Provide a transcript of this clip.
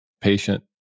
patient